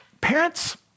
Parents